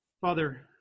Father